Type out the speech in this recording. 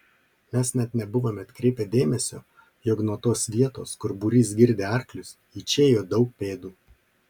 mes net nebuvome atkreipę dėmesio jog nuo tos vietos kur būrys girdė arklius į čia ėjo daug pėdų